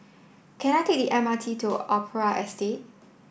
can I take the M R T to Opera Estate